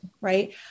Right